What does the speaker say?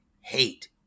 hate